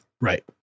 Right